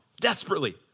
Desperately